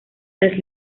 las